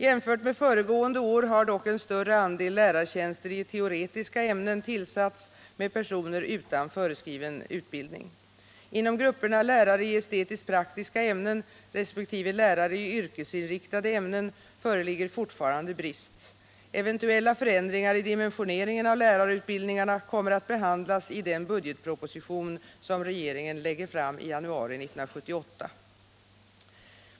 Jämfört med föregående år har dock en större andel lärartjänster i teoretiska ämnen tillsatts med personer utan föreskriven utbildning. Inom grupperna lärare i estetisktpraktiska ämnen resp. lärare i yrkesinriktade ämnen föreligger fortfarande brist. Eventuella förändringar i dimensioneringen av lärarutbildningarna kommer att behandlas i den budgetproposition som regeringen lägger fram i januari 1978.